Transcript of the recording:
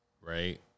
Right